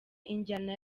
injyana